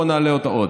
בואו נעלה אותו עוד.